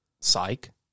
Psych